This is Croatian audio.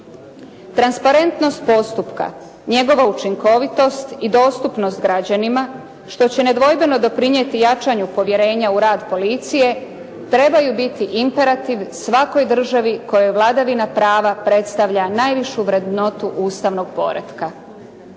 Transparentnost postupka i njegova učinkovitost i dostupnost građanima što će nedvojbeno doprinijeti jačanju povjerenja u rad policije, trebaju biti imperativ svakoj državi kojoj vladavina prava predstavlja najvišu vrednotu ustavnog poret